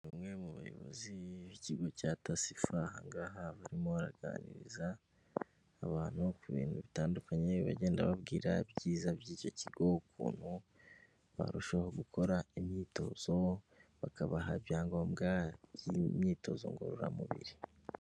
Bamwe mu bayobozi b'ikigo cya Tasifa, aha ngaha barimo baganiriza abantu ku bintu bitandukanye bagenda babwira ibyiza by'icyo kigo, ukuntu barushaho gukora imyitozo bakabaha ibyangombwa by'imyitozo ngorora mubiri.